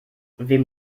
wem